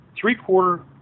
three-quarter